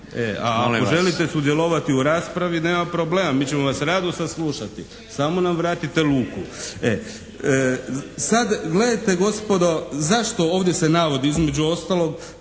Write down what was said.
Ako želite sudjelovati nema problema, mi ćemo vas rado saslušati. Samo nam vratite luku. Sad gledajte gospodo, zašto ovdje se navodi između ostalog